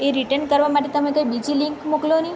એ return કરવા માટે તમે કંઈ બીજી લિન્ક મોકલોને